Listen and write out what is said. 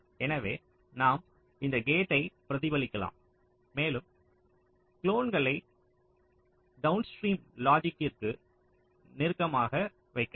எனவே நாம் கேட்டை பிரதிபலிக்கலாம் மேலும் குளோன்களை டௌன்ஸ்ட்ரீம் லாஜிக்கிருக்கு நெருக்கமாக வைக்கலாம்